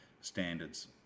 standards